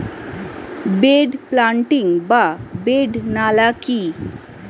Bed planting বা bed নালা কি?